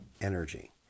energy